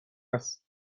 هست